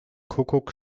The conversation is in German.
kuckuck